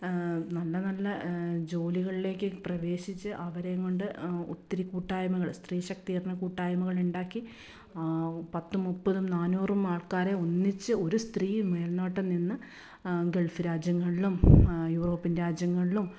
നല്ല നല്ല ജോലി ജോലികളിലേക്ക് പ്രവേശിച്ച് അവരേയും കൊണ്ട് ഒത്തിരി കൂട്ടായ്മകൾ സ്ത്രീശാക്തീകരണ കൂട്ടായ്മകളുണ്ടാക്കി പത്തും മുപ്പതും നാനൂറും ആൾക്കാരെ ഒന്നിച്ച് ഒരു സ്ത്രീ മേൽനോട്ടം നിന്ന് ഗൾഫ് രാജ്യങ്ങളിലും യൂറോപ്യൻ രാജ്യങ്ങളിലും